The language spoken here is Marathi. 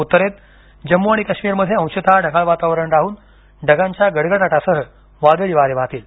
उतरेत जम्मू आणि काश्मीर मध्ये अंशतः ढगाळ वातावरण राहून ढगांच्या गडगडाटासह वादळी वारे वाहतील